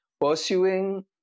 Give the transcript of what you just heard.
pursuing